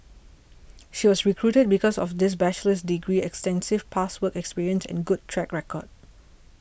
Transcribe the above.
she was recruited because of this bachelor's degree extensive past work experience and good track record